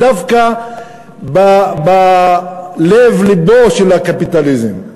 דווקא בלב לבו של הקפיטליזם,